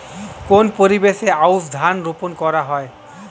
কোন পরিবেশে আউশ ধান রোপন করা হয়?